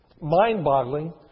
mind-boggling